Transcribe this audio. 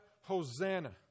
Hosanna